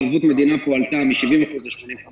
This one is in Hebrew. ערבות מדינה פה עלתה מ-70% ל -85%.